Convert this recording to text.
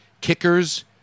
kickers